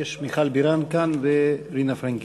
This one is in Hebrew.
מיכל בירן כאן, ורינה פרנקל.